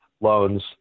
loans